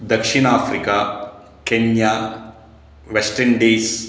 दक्षिण Africa Kenya West Indies